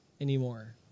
Anymore